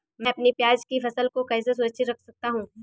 मैं अपनी प्याज की फसल को कैसे सुरक्षित रख सकता हूँ?